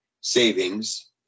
savings